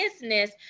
business